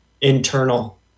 internal